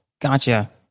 gotcha